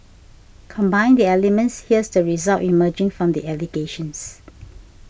combine the elements and here's the result emerging from the allegations